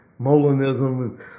Molinism